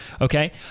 okay